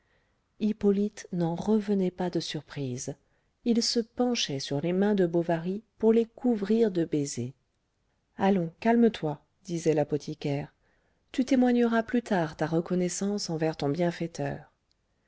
hippolyte n'en revenait pas de surprise il se penchait sur les mains de bovary pour les couvrir de baisers allons calme-toi disait l'apothicaire tu témoigneras plus tard ta reconnaissance envers ton bienfaiteur